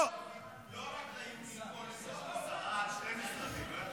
יש פה, אפילו שרה על שני משרדים.